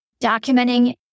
Documenting